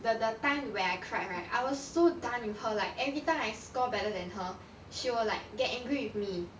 the the time where I cried right I was so done with her like everytime I score better than her she will like get angry with me